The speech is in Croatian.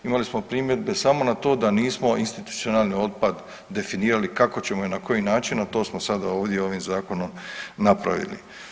Imali smo primjedbe samo na to da nismo institucionalni otpad definirali kako ćemo i na koji način, a to smo sada ovdje ovim zakonom napravili.